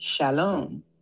Shalom